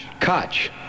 Koch